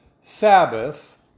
Sabbath